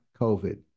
COVID